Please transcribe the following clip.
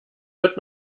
wird